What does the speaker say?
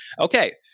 Okay